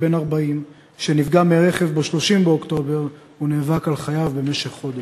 בן 40 שנפגע מרכב ב-30 באוקטובר ונאבק על חייו במשך חודש.